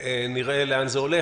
ונראה לאן זה הולך.